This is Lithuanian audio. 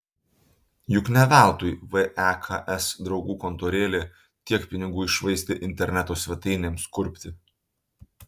juk ne veltui veks draugų kontorėlė tiek pinigų iššvaistė interneto svetainėms kurpti